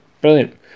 brilliant